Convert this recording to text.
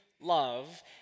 love